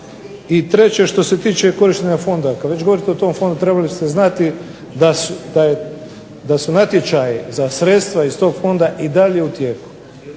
I treće što se tiče korištenju fonda, kada već govorite o tom fondu trebali ste znati da su natječaji za sredstva iz tog fonda i dalje u tijeku.